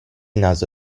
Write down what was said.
naso